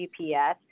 GPS